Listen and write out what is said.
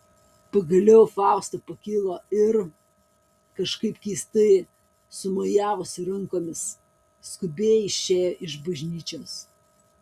pagaliau fausta pakilo ir kažkaip keistai sumojavusi rankomis skubiai išėjo iš bažnyčios